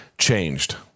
changed